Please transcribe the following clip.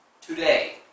today